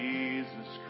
Jesus